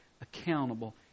accountable